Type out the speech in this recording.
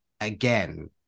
again